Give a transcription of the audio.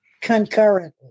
concurrently